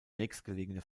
nächstgelegene